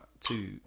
two